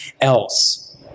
else